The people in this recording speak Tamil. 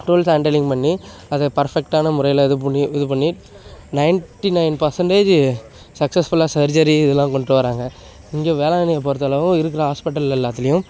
டூல்ஸு ஹாண்டிலிங் பண்ணி அதை பர்ஃபெக்ட்டான முறையில் இது பண்ணி இது பண்ணி நைன்ட்டி நைன் பர்சன்டேஜு சக்சஸ்ஃபுல்லா சர்ஜரி இதெல்லாம் கொண்ட்டு வர்றாங்க இங்கே வேளாங்கண்ணியை பொருத்தளவும் இருக்கிற ஹாஸ்பிட்டலில் எல்லாத்துலையும்